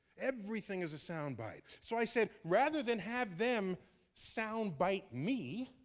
everything is a sound bite. so i said, rather than have them sound bite me,